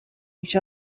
each